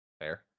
fair